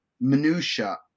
minutiae